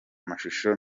amashusho